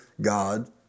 God